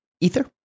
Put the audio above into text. Ether